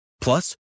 Plus